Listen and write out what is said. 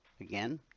again